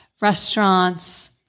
restaurants